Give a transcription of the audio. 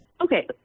Okay